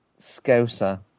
scouser